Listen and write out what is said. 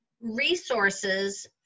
resources